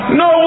no